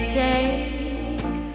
take